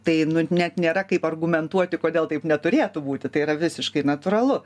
tai nu net nėra kaip argumentuoti kodėl taip neturėtų būti tai yra visiškai natūralu